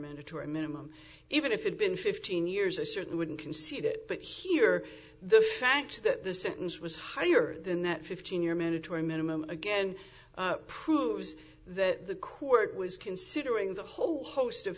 mandatory minimum even if it's been fifteen years i certainly wouldn't concede it but here the fact that the sentence was higher than that fifteen year mandatory minimum again proves that the court was considering the whole host of